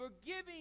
forgiving